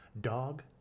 Dog